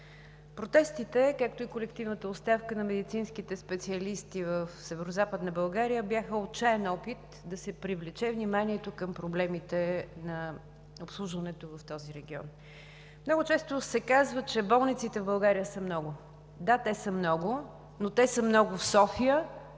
протестите, както и колективната оставка на медицинските специалисти в Северозападна България, бяха отчаян опит да се привлече вниманието към проблемите на обслужването в този регион. Много често се казва, че болниците в България са много. Да, те са много, но те са много в София